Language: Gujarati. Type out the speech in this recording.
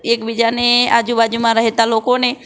એકબીજાની આજુબાજુમાં રહેતાં લોકોને